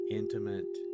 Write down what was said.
intimate